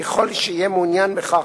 ככל שיהיה מעוניין בכך,